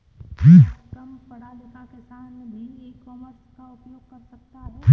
क्या कम पढ़ा लिखा किसान भी ई कॉमर्स का उपयोग कर सकता है?